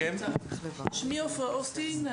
שמי עפרה אוסטין,